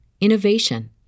innovation